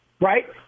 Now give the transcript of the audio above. right